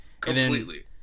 Completely